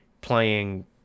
playing